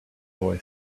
boy